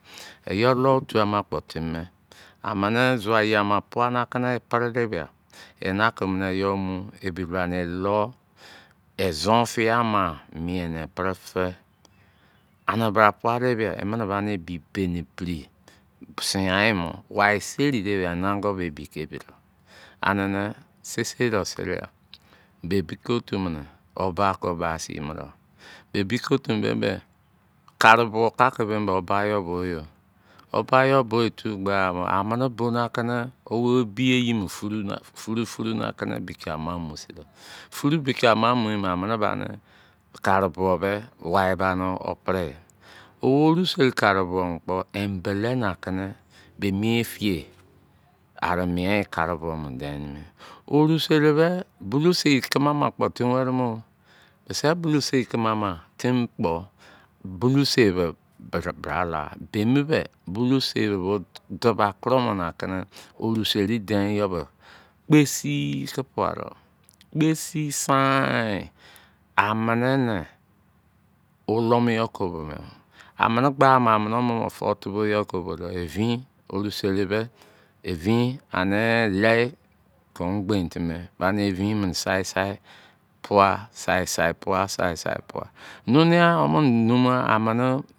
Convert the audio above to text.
Eyo-lo̱-otu-ama kpo timi me. Amini zua eyi ama puhi aki ni e pri de bia, ena ki mini eyo mu, ebi bra ni e lo. Izon fiyai ama mien e pri fi. Ani bra pua de bia, emini bani ebi beni biri, sinyain mo, wai seni de bia, enangho bi ebi ke ebi do. Anine, sisei do seri ya, be bike-otu mini, wo baki wo ba sin mu do. Be bike-otu bei mbekari-buo ki aki wo ba yo a bo a bo yi o. Wo bayo boyi tuu gbaa mo. amini bo na kini wo ebi eyi mo furu, furu na ki na bike-ama mu sin do. Furu bike-ama mu yi mi, amini banikari-buo be, wai bani wo pri yi. Wo oru-seri kari-buo mo kpo, embele ni aki ni be emi-fiye ari mien yi kari-buo, dein nimi. Oru-seri be, bulou-sei kimi-ama kpo timi weri mo o! Bisi bulou-sei kimi-ama timi kpo bulou-sei be, be bra lagha. Bei mi be, bulou-sei be, bo duba kuromo ni akini oru-serii dein yo be, kpesii ki pua do. Kpesii saiin. Amini ni wo olomu yo. Ko bo me. Amini gbaa mo, amini wo momo tubo-tua yo ko-bo mo. Evin. Oru-seri be, evin, ani lei ki.